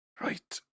right